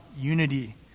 unity